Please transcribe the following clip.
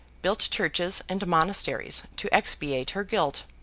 built churches and monasteries, to expiate her guilt.